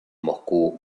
moscú